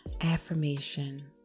affirmation